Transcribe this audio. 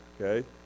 okay